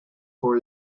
for